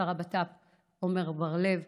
שר הבט"פ עמר בר לב,